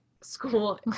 school